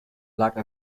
like